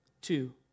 two